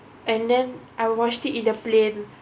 and then I watch it in the plane